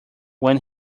when